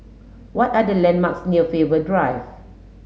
what are the landmarks near Faber Drive